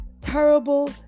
terrible